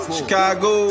Chicago